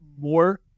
more